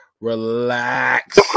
Relax